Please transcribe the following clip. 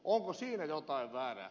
onko siinä jotain väärää